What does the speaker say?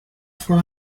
for